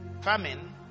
famine